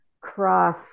cross